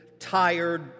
tired